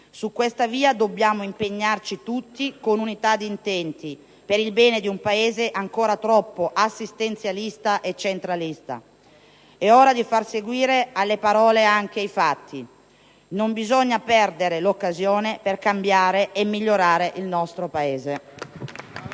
Su questa via dobbiamo impegnarci tutti, con unità di intenti, per il bene di un Paese ancora troppo assistenzialista e centralista. È ora di far seguire alle parole anche i fatti. Non bisogna perdere l'occasione per cambiare e migliorare il nostro Paese.